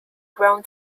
grown